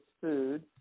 food